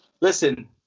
Listen